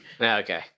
Okay